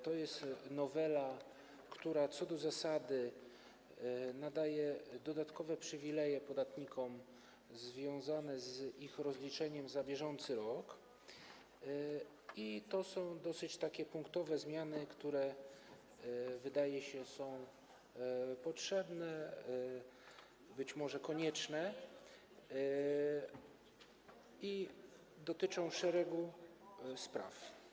To jest nowela, która co do zasady nadaje dodatkowe przywileje podatnikom związane z ich rozliczeniem za bieżący rok, i to są dosyć punktowe zmiany, które, wydaje się, są potrzebne, być może konieczne i dotyczą szeregu spraw.